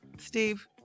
Steve